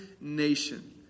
nation